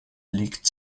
liegt